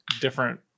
different